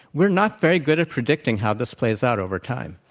we're not very good at predicting how this plays out over time.